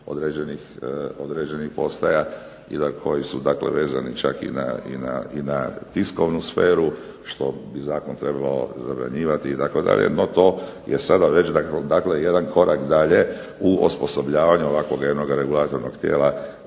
određenih postaja i koji su dakle vezani čak na tiskovnu sferu što Zakon bi trebao zabranjivati itd., no to je sada već jedan korak dalje u osposobljavanju ovakvog jednog regulatornog tijela